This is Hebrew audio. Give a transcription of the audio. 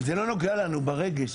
אבל זה לא נוגע לנו ברגש,